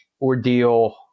ordeal